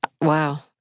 Wow